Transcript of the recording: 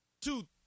two